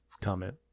Comment